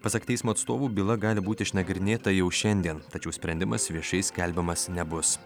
pasak teismo atstovų byla gali būti išnagrinėta jau šiandien tačiau sprendimas viešai skelbiamas nebus